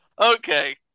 Okay